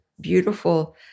beautiful